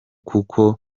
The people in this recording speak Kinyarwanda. kuko